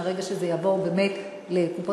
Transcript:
מרגע שזה יעבור באמת לקופות-החולים,